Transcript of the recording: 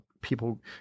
people